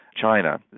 China